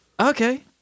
Okay